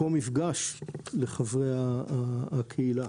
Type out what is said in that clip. מקום מפגש לחברי הקהילה,